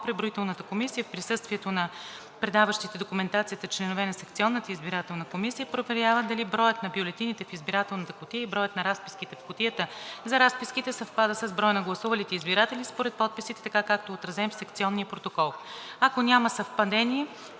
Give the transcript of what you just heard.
преброителната комисия в присъствието на предаващите документацията членове на секционната избирателна комисия проверява дали броят на бюлетините в избирателната кутия и броят на разписките в кутията за разписките съвпада с броя на гласувалите избиратели според подписите така, както е отразен в секционния протокол. Ако няма съвпадение,